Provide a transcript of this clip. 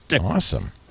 Awesome